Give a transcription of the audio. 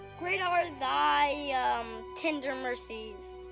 great ah are thy tender mercies.